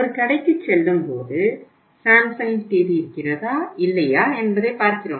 ஒரு கடைக்குச் செல்லும்போது சாம்சங் டிவி இருக்கிறதா இல்லையா என்பதை பார்க்கிறோம்